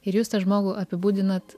ir jūs tą žmogų apibūdinat